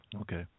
Okay